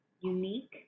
unique